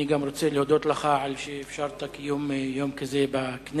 אני גם רוצה להודות לך על שאפשרת קיום יום כזה בכנסת.